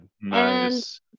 Nice